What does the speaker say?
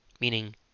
Meaning